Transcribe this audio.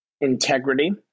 integrity